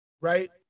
right